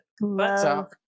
Love